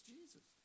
Jesus